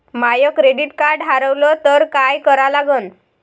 माय credit card हारवलं तर काय करा लागन?